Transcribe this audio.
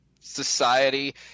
society